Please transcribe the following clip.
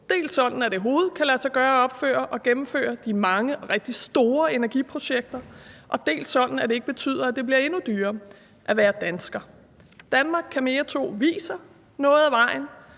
dels sådan at det overhovedet kan lade sig gøre at opføre og gennemføre de mange rigtig store energiprojekter, dels sådan at det ikke betyder, at det bliver endnu dyrere at være dansker. »Danmark kan mere II« viser noget ad vejen